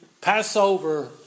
Passover